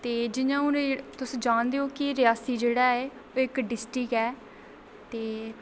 ते जि'यां हून तुस जानदे ओह् कि रियासी जेह्ड़ा ऐ एह् इक डिस्ट्रिक ऐ ते